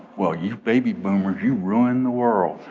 well, you baby boomers, you ruined the world.